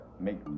make